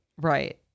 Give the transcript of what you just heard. right